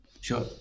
Sure